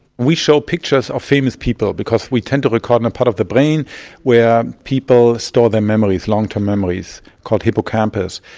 we show pictures of famous people because we tend to record in a part of the brain where people store their memories, long-term memories, called hippocampus.